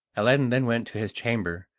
aladdin then went to his chamber,